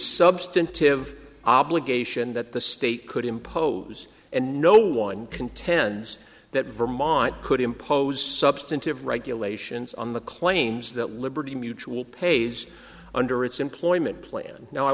substantive obligation that the state could impose and no one contends that vermont could impose substantive regulations on the claims that liberty mutual pays under its employment plan now i